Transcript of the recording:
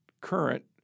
current